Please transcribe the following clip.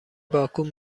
باکو